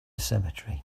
cemetery